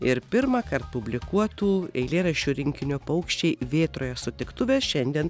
ir pirmąkart publikuotų eilėraščių rinkinio paukščiai vėtroje sutiktuvės šiandien